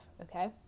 okay